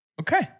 Okay